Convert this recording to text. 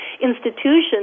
institutions